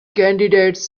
candidates